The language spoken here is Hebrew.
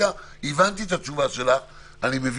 הבנתי את התשובה שלך כרגע